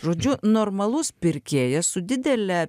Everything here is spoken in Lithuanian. žodžiu normalus pirkėjas su didele